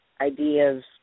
ideas